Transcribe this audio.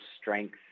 strength